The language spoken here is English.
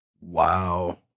Wow